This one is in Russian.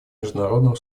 международному